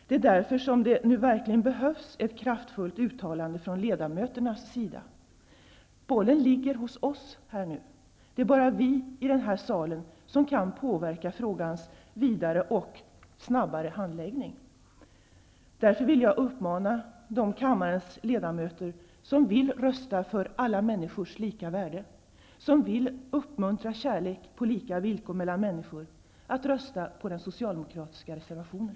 Det är därför som det nu verkligen behövs ett kraftfullt uttalande från ledamöterna. Bollen ligger nu hos oss. Det är bara vi i den här salen som kan påverka frågans vidare och snabbare handläggning. Jag vill därför uppmana de kammarens ledamöter som vill rösta för alla människors lika värde och uppmuntra kärlek på lika villkor mellan människor att rösta på den socialdemokratiska reservationen.